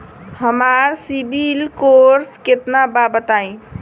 हमार CIBIL score केतना बा बताईं?